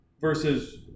versus